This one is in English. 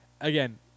again